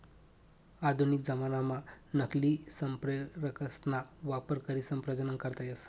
आधुनिक जमानाम्हा नकली संप्रेरकसना वापर करीसन प्रजनन करता येस